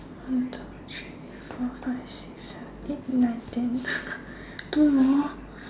one two three four five six seven eight nine ten two more